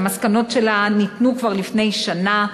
שהמסקנות שלה ניתנו כבר לפני שנה.